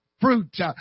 fruit